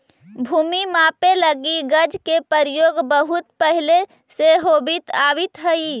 भूमि मापे लगी गज के प्रयोग बहुत पहिले से होवित आवित हइ